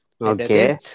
Okay